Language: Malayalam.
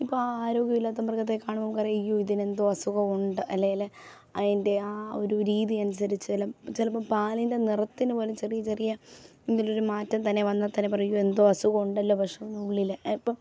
ഇപ്പം ആ ആരോഗ്യമില്ലാത്ത മൃഗത്തെ കാണുമ്പം നമുക്കറിയാം അയ്യോ ഇതിനെന്തോ അസുഖവുണ്ട് അല്ലേല് അതിൻ്റെ ആ ഒരു രീതി അനുസരിച്ചായാലും ചിലപ്പം പാലിൻ്റെ നിറത്തിന് പോലും ചെറിയ ചെറിയ എന്തേലും ഒരു മാറ്റം തന്നെ വന്നാൽ തന്നെ പറയും എന്തോ അസുഖമുണ്ടല്ലൊ പശുവിന് ഉള്ളില് ഇപ്പം